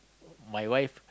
my wife